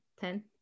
Ten